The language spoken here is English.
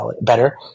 better